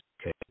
okay